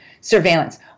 surveillance